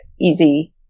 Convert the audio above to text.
easy